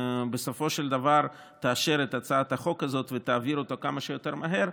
ובסופו של דבר תאשר את הצעת החוק הזאת ותעביר אותה כמה שיותר מהר,